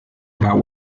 about